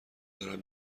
دارن